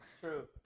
True